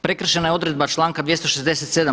Prekršena je odredba članka 267.